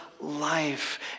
life